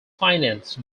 financed